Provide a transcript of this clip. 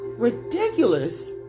ridiculous